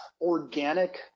organic